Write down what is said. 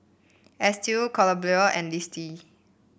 Estill Columbia and Litzy